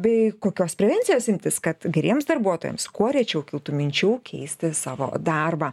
bei kokios prevencijos imtis kad geriems darbuotojams kuo rečiau kiltų minčių keisti savo darbą